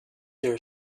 their